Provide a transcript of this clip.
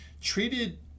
treated